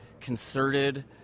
concerted